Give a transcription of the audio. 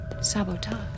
sabotage